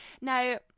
now